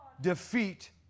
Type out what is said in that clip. defeat